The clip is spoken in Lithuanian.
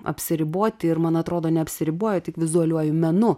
apsiriboti ir man atrodo neapsiriboja tik vizualiuoju menu